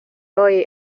hoy